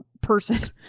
person